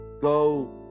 go